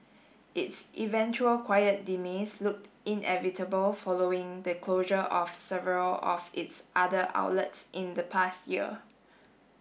its eventual quiet demise looked inevitable following the closure of several of its other outlets in the past year